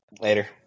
Later